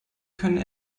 können